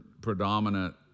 predominant